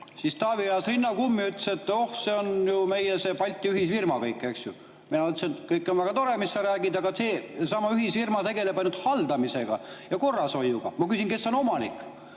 Taavi ajas rinna kummi, ütles, et oh, see on ju meie Balti ühisfirma kõik, eks ju. Ma ütlesin, et kõik on väga tore, mis sa räägid, aga seesama ühisfirma tegeleb ainult haldamise ja korrashoiuga, ma küsin, kes on omanik.